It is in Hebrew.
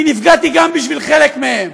אני נפגעתי גם בשביל חלק מהם.